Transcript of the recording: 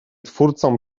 twórcą